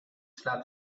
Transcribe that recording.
slaat